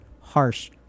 harsh